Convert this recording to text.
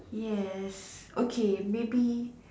yes okay maybe